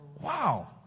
Wow